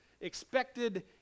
expected